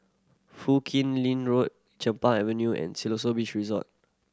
Foo Kim Lin Road Chempaka Avenue and Siloso Beach Resort